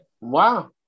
Wow